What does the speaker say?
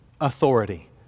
authority